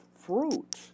Fruit